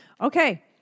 Okay